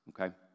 okay